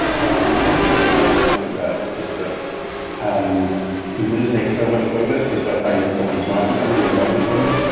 um one thing i realized as an undergrad was just that um you can just make so much progress just by finding someone smarter than you and learning from them.